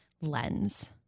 lens